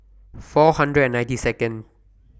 four hundred and ninety Second